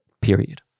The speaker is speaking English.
period